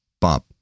Bob